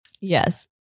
Yes